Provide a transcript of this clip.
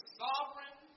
sovereign